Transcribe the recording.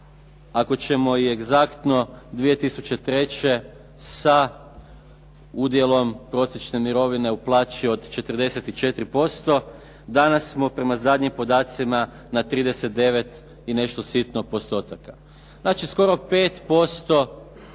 ako ćemo i egzaktno, 2003. sa udjelom prosječne mirovine u plaći od 44%. Danas smo prema zadnjim podacima na 39 i nešto sitno postotaka. Znači, skoro 5%